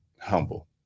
humble